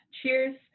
Cheers